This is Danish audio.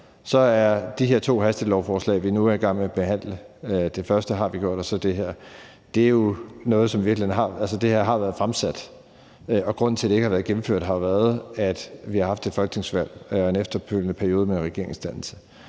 vedrører de her to hastelovforslag, vi nu er i gang med at behandle – det første har vi gjort, og nu er vi i gang med det her – jo noget, der har været fremsat, og grunden til, at det ikke er blevet gennemført, har jo været, at vi har haft et folketingsvalg og en efterfølgende periode med regeringsdannelse.